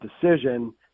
decision